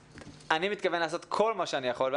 אני מתכוון לעשות כל מה שאני יכול,